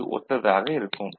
க்கு ஒத்ததாக இருக்கும்